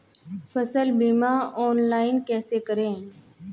फसल बीमा ऑनलाइन कैसे करें?